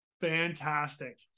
Fantastic